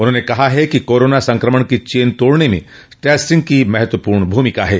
उन्होंने कहा कि कोरोना संक्रमण की चेन तोड़ने में टेस्टिंग की महत्वपूर्ण भूमिका है